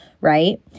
right